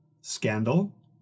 scandal